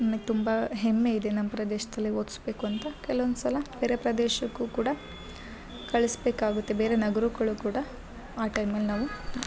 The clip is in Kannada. ನಮಗೆ ತುಂಬಾ ಹೆಮ್ಮೆ ಇದೆ ನಮ್ಮ ಪ್ರದೇಶದಲ್ಲೇ ಓದ್ಸ್ಬೇಕು ಅಂತ ಕೆಲ್ವೊಂದು ಸಲ ಬೇರೆ ಪ್ರದೇಶಕ್ಕು ಕೂಡ ಕಳ್ಸ್ಬೇಕಾಗುತ್ತೆ ಬೇರೆ ನಗ್ರಗಳು ಕೂಡ ಆ ಟೈಮಲ್ಲಿ ನಾವು